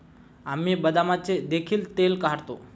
आम्ही बदामाचे देखील तेल काढतो